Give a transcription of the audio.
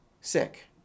sick